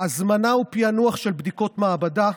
הזמנה ופענוח של בדיקות מעבדה,